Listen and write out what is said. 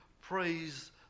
praise